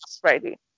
friday